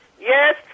Yes